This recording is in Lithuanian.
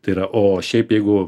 tai yra o šiaip jeigu